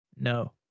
no